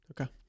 Okay